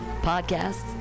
podcasts